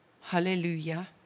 hallelujah